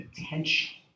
potential